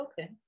okay